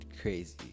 crazy